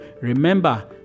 remember